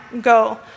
go